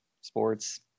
sports